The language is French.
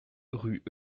rue